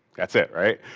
that's it, right.